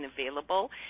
available